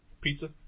Pizza